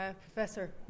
professor